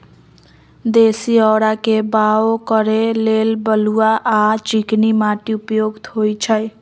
देशी औरा के बाओ करे लेल बलुआ आ चिकनी माटि उपयुक्त होइ छइ